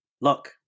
Look